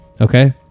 Okay